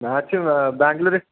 match Bangalore